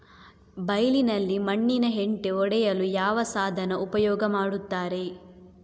ಬೈಲಿನಲ್ಲಿ ಮಣ್ಣಿನ ಹೆಂಟೆ ಒಡೆಯಲು ಯಾವ ಸಾಧನ ಉಪಯೋಗ ಮಾಡುತ್ತಾರೆ?